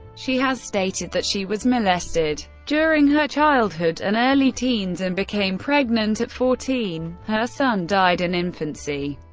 she has stated that she was molested during her childhood and early teens and became pregnant at fourteen her son died in infancy.